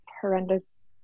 horrendous